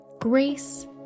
Grace